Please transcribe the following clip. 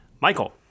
Michael